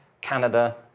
Canada